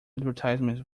advertisements